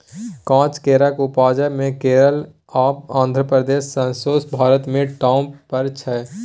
काँच केराक उपजा मे केरल आ आंध्र प्रदेश सौंसे भारत मे टाँप पर छै